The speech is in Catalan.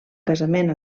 casament